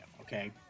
okay